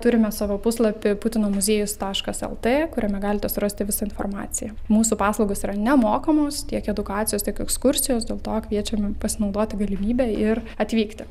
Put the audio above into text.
turime savo puslapį putino muziejus taškas lt kuriame galite surasti visą informaciją mūsų paslaugos yra nemokamos tiek edukacijos tiek ekskursijos dėl to kviečiame pasinaudoti galimybe ir atvykti